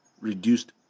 reduced